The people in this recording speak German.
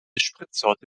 spritsorte